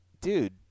dude